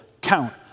count